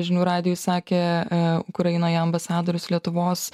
žinių radijui sakė a ukrainoje ambasadorius lietuvos